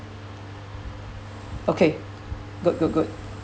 okay good good good